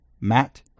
Matt